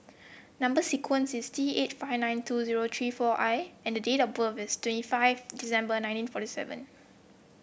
number sequence is T eight five nine two zero three four I and the date of birth is twenty five December nineteen forty seven